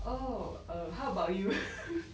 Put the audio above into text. oh err how about you